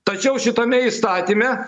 tačiau šitame įstatyme